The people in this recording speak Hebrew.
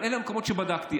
אבל אלה המקומות שבדקתי.